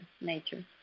Nature